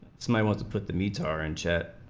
smile ah to put the meat are in chat